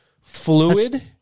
fluid